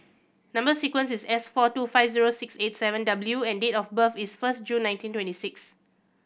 number sequence is S four two five zero six eight seven W and date of birth is first June nineteen twenty six